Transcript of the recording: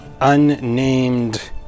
unnamed